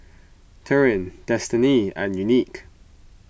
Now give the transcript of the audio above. Tyrin Destiney and Unique